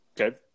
Okay